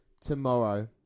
tomorrow